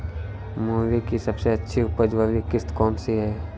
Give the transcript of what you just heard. मूली की सबसे अच्छी उपज वाली किश्त कौन सी है?